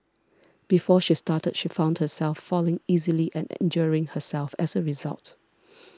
before she started she found herself falling easily and injuring herself as a result